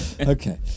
Okay